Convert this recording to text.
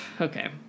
Okay